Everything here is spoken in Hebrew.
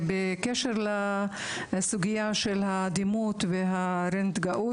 לגבי הסוגיה של הדימות והרנטגנאות,